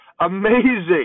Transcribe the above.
amazing